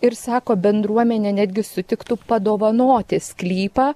ir sako bendruomenė netgi sutiktų padovanoti sklypą